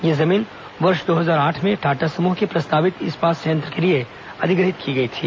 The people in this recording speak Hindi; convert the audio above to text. यह जमीन वर्ष दो हजार आठ में टाटा समूह के प्रस्तावित इस्पात संयंत्र के लिए अधिग्रहित की गई थी